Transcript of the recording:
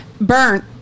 burnt